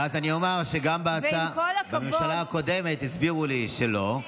אז אני אומר שגם בממשלה הקודמת הסבירו לי שלא,